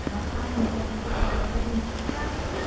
ma quando già credeva d'averlo scacciato